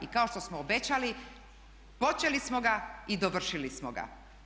I kao što smo obećali počeli smo ga i dovršili smo ga.